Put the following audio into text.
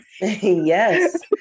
yes